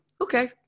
Okay